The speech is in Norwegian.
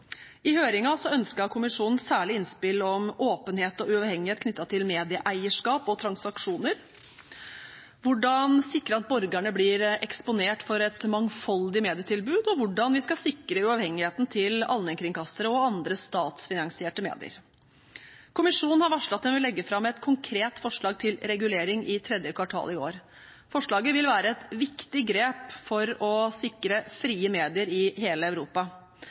I høringen ønsket kommisjonen særlig innspill om åpenhet og uavhengighet knyttet til medieeierskap og -transaksjoner hvordan vi skal sikre at borgerne blir eksponert for et mangfoldig medietilbud hvordan vi skal sikre uavhengigheten til allmennkringkastere og andre statsfinansierte medier Kommisjonen har varslet at den vil legge fram et konkret forslag til regulering i tredje kvartal i år. Forslaget vil være et viktig grep for å sikre frie medier i hele Europa.